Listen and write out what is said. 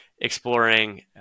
exploring